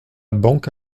banque